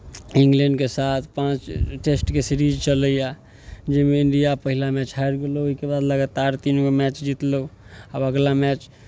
इंग्लैंडके साथ पाँच टेस्टके सीरीज चलैए जाहिमे इंडिया पहिला मैच हारि गेलै ओहिके बाद लगातार तीन गो मैच जीतलहु आब अगिला मैच